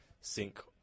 sync